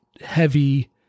heavy